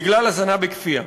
בגלל הזנה בכפייה.